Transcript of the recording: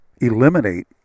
eliminate